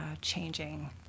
changing